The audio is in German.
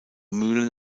mühlen